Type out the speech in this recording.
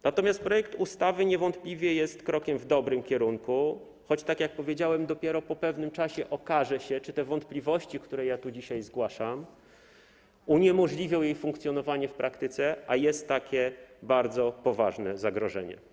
Natomiast projekt ustawy niewątpliwie jest krokiem w dobrym kierunku, choć, tak jak powiedziałem, dopiero po pewnym czasie okaże się, czy te wątpliwości, które ja tu dzisiaj zgłaszam, uniemożliwią jej funkcjonowanie w praktyce, a jest takie bardzo poważne zagrożenie.